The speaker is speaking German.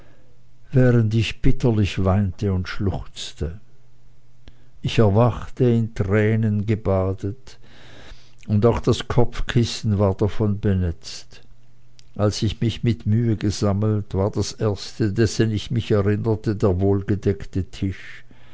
während ich bitterlich weinte und schluchzte ich erwachte in tränen gebadet und auch das kopfkissen war davon benetzt als ich mich mit mühe gesammelt war das erste dessen ich mich erinnerte der wohlgedeckte tisch